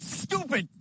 stupid